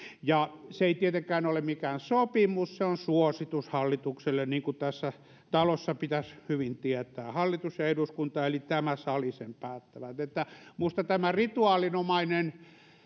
ja se ei tietenkään ole mikään sopimus vaan se on suositus hallitukselle niin kuin tässä talossa pitäisi hyvin tietää hallitus ja eduskunta eli tämä sali sen päättävät tämä rituaalinomainen